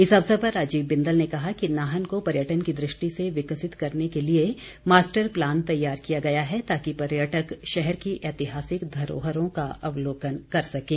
इस अवसर पर राजीव बिंदल ने कहा कि नाहन को पर्यटन की दृष्टि से विकसित करने के लिए मास्टर प्लान तैयार किया गया है ताकि पर्यटक शहर की ऐतिहासिक धरोहरों का अवलोकन कर सकें